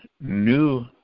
new